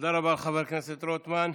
תודה רבה לחבר הכנסת רוטמן.